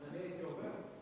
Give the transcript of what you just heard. אז אני הייתי עובר?